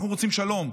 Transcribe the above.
אנחנו רוצים שלום,